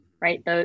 right